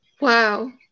Wow